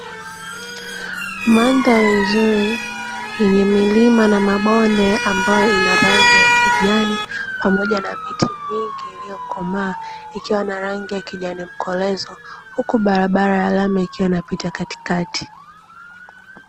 Mandhari nzuri yenye milima na mabonde ambayo ina rangi ya kijani, pamoja na miti mingi iliyokomaa ikiwa na rangi ya kijani mkolezo, huku barabara ya lami ikiwa inapita katikati.